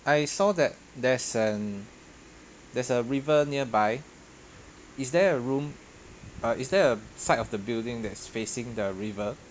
I saw that there's an there's a river nearby is there a room or is there a side of the building that is facing the river